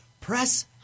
press